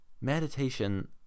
meditation